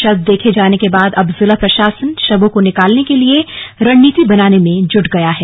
शव देखे जाने के बाद अब जिला प्रशासन शवों को निकालने के लिए रणनीति बनाने में जुट गया है